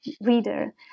reader